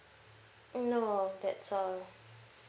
no that's all